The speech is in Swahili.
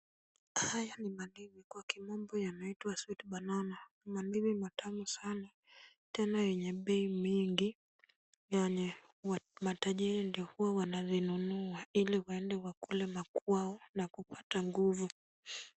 Haya ni mandizi, kwa kimombo yanaitwa sweet banana . Ni mandizi matamu sana tena yenye bei mingi yenye matajiri ndio huwa wanazinunua, ili waende wakule makwao na kupata nguvu.